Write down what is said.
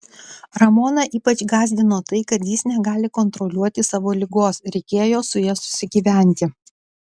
ramoną ypač gąsdino tai kad jis negali kontroliuoti savo ligos reikėjo su ja susigyventi